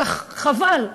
חבל,